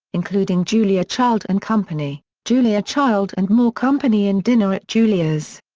including julia child and company, julia child and more company and dinner at julia's.